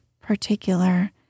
particular